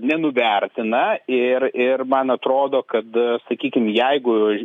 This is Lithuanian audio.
nenuvertina ir ir man atrodo kad sakykim jeigu